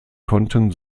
konnten